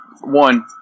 One